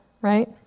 right